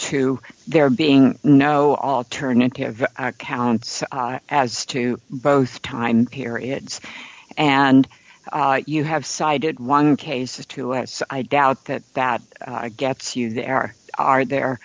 to there being no alternative accounts as to both time periods and you have cited one case of two as i doubt that that gets you there are there